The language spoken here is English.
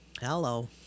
hello